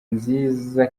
nziza